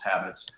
habits